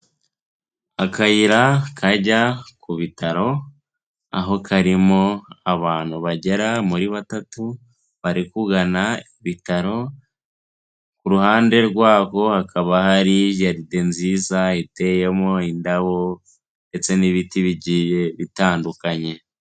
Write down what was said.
Akayira kajya ku bitaro aho karimo abantu bagera muri batatu, barikugana ibitaro, ku ruhande rwabo hakaba hari jaride nziza iteyemo indabo ndetse n'ibiti bigiye bitandukanye.